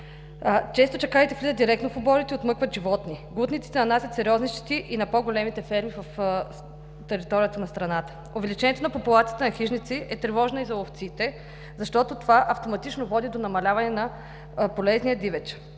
Често чакалите влизат директно в оборите и отмъкват животни. Глутниците нанасят сериозни щети и на по-големите ферми на територията на страната. Увеличението на популацията на хищници е тревожно и за овцете, защото това автоматично води до намаляване на полезния дивеч.